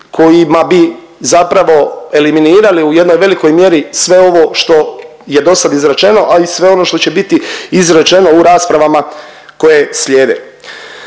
kojima bi zapravo eliminirali u jednoj velikoj mjeri sve ovo što je do sad izrečeno, a i sve ono što će biti izrečeno u raspravama koje slijede.